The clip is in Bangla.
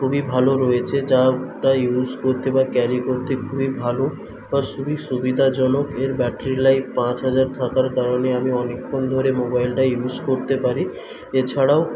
খুবই ভালো রয়েছে যা ইউজ করতে বা ক্যারি করতে খুবই ভালো বা খুবই সুবিধাজনক এর ব্যাটারি লাইফ পাঁচ হাজার থাকার কারণে আমি অনেকক্ষণ ধরে মোবাইলটা ইউজ করতে পারি এছাড়াও